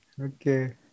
okay